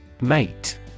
Mate